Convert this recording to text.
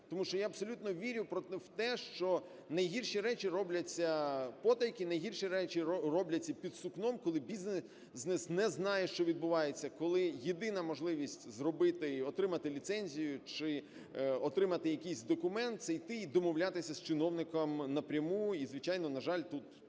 Тому що я абсолютно вірю в те, що найгірші речі робляться потайки, найгірші речі робляться під сукном, коли бізнес не знає, що відбувається, коли єдина можливість зробити і отримати ліцензію чи отримати якийсь документ – це іти і домовлятися з чиновником напряму і, звичайно, на жаль, тут